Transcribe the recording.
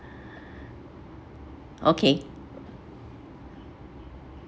okay